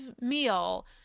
meal